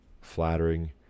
flattering